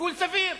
שיקול סביר,